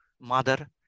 mother